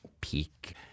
peak